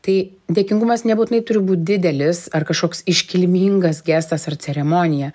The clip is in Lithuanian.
tai dėkingumas nebūtinai turi būt didelis ar kažkoks iškilmingas gestas ar ceremonija